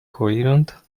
coherent